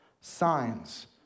signs